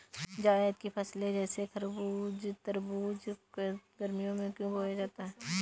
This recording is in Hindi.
जायद की फसले जैसे तरबूज़ खरबूज को गर्मियों में क्यो बोया जाता है?